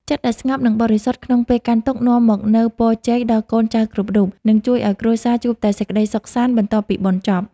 ចិត្តដែលស្ងប់និងបរិសុទ្ធក្នុងពេលកាន់ទុក្ខនាំមកនូវពរជ័យដល់កូនចៅគ្រប់រូប និងជួយឱ្យគ្រួសារជួបតែសេចក្តីសុខសាន្តបន្ទាប់ពីបុណ្យចប់។